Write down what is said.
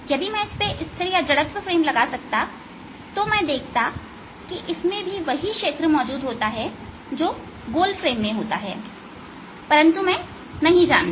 यदि मैं इस पर एक जड़त्व फ्रेम लगा सकता मैं देखता कि इसमें भी वहीं क्षेत्र मौजूद होता जो गोल फ्रेम में होता परंतु मैं नहीं जानता